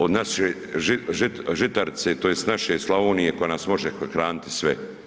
Od naše žitarice tj. od naše Slavonije koja nas može hraniti sve.